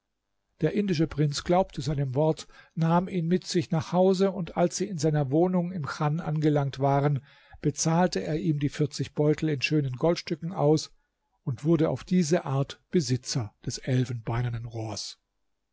der indische prinz glaubte seinem wort nahm ihn mit sich nach hause und als sie in seiner wohnung im chan angelangt waren bezahlte er ihm die vierzig beutel in schönen goldstücken aus und wurde auf diese art besitzer des